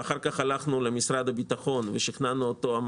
ואחר כך הלכנו למשרד הביטחון ואמרנו לו: